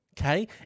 okay